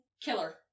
Killer